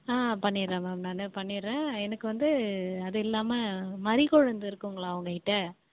ஆ பண்ணிடுறேன் மேம் நான் பண்ணிடுறேன் எனக்கு வந்து அது இல்லாமல் மரிக்கொழுந்து இருக்குங்களா உங்கள் கிட்டே